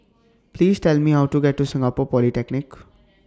Please Tell Me How to get to Singapore Polytechnic